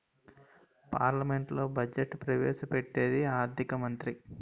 పార్లమెంట్లో బడ్జెట్ను ప్రవేశ పెట్టేది ఆర్థిక మంత్రి